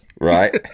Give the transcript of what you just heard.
right